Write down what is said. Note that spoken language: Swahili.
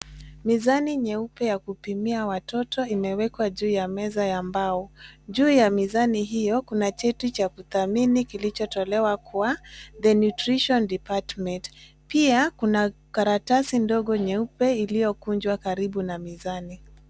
Mizani nyeupe ya kupimia watoto imewekwa juu ya meza ya mbao. Juu ya mizani hiyo kuna cheti ya kuthamini kilichotilewa kwa THE NUTRITION DEPARTMENT pia kuna karatasi ndogo nyeupe iliyokunjwa karibu na mizani.